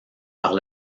par